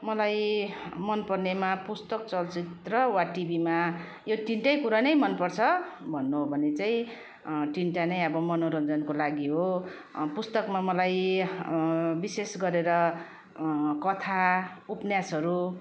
मलाई मन पर्नेमा पुस्तक चलचित्र वा टिभीमा यो तिनवटै कुरा नै मन पर्छ भन्नु हो भने चाहिँ तिनवटा नै अब मनोरन्जनको लागि हो पुस्तकमा मलाई विशेष गरेर कथा उपन्यासहरू